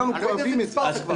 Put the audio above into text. אני לא יודע איזה מספר כבר.